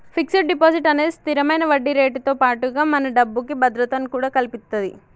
fixed deposit అనేది స్తిరమైన వడ్డీరేటుతో పాటుగా మన డబ్బుకి భద్రతను కూడా కల్పిత్తది